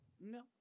No